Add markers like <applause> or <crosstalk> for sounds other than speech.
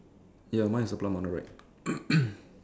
ya mine is a plum on the right <coughs>